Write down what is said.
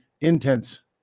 intense